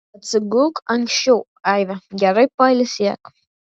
atsigulk anksčiau aive gerai pailsėk